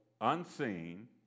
unseen